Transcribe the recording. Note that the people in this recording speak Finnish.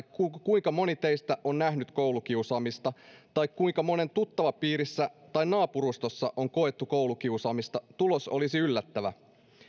kuinka kuinka moni teistä on nähnyt koulukiusaamista tai kuinka monen tuttavapiirissä tai naapurustossa on koettu koulukiusaamista tulos olisi yllättävä